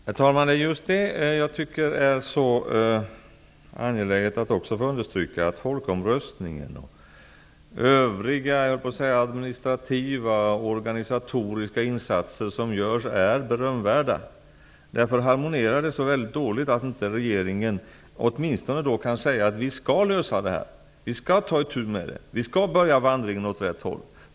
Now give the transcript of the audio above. Herr talman! Det är just detta som jag tycker att det är så angeläget att understryka, att folkomröstningen gick så bra. Övriga administrativa och organisatoriska insatser som görs är berömvärda. Därför harmonierar det så väldigt dåligt att den eritreanska regeringen inte kan säga att den skall lösa frågan, ta itu med problemet och börja vandringen åt rätt håll.